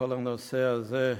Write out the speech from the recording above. מכל הנושא הזה,